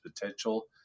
potential